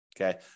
okay